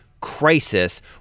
Crisis